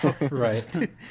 Right